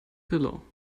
pillow